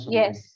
yes